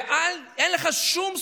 אין לך שום זכות,